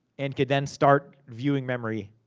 and could then start viewing memory,